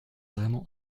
vraiment